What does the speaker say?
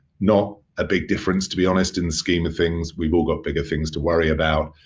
not a big difference, to be honest, in the scheme of things. we've all got bigger things to worry about.